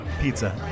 pizza